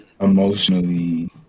emotionally